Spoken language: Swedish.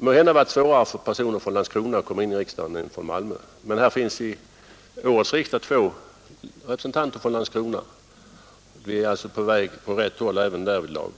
Måhända har det varit svårare för personer från Landskrona än från Malmö att komma in i riksdagen. Men i årets riksdag finns två representanter för Landskrona. Vi är alltså på väg mot rätt håll även därvidlag.